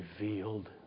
revealed